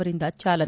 ಅವರಿಂದ ಚಾಲನೆ